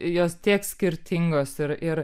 jos tiek skirtingos ir ir